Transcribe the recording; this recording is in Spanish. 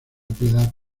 piedad